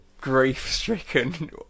grief-stricken